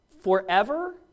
forever